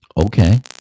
Okay